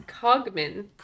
Cogman